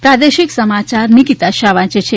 પ્રાદેશિક સમાચાર નિકિતા શાહ વાંચે છે